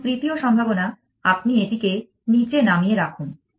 এবং তৃতীয় সম্ভাবনা আপনি এটিকে নীচে নামিয়ে রাখুন